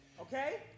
okay